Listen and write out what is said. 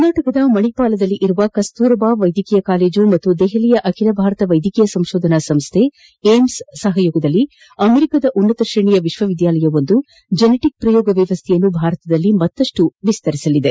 ಕರ್ನಾಟಕದ ಮಣಿಪಾಲದಲ್ಲಿರುವ ಕಸ್ತೂರಬಾ ವೈದ್ಯಕೀಯ ಕಾಲೇಜು ಮತ್ತು ದೆಹಲಿಯ ಅಖಿಲ ಭಾರತ ವೈದ್ಯಕೀಯ ಸಂಶೋಧನಾ ಸಂಸ್ಡೆ ಏಮ್ಸ್ ಸಹಭಾಗಿತ್ವದಲ್ಲಿ ಅಮೆರಿಕಾದ ಉನ್ನತ ಶ್ರೇಣಿಯ ವಿಶ್ವವಿದ್ಯಾಲಯವೊಂದು ಜೆನೆಟಿಕ್ ಪ್ರಯೋಗ ವ್ಯವಸ್ದೆಯನ್ನು ಭಾರತದಲ್ಲಿ ಮತ್ತಷ್ಟು ವಿಸ್ತರಿಸಲಿದೆ